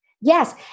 Yes